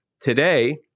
Today